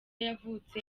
yavutse